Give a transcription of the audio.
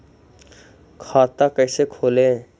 खाता कैसे खोले?